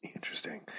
Interesting